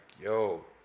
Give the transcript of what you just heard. yo